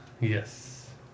Yes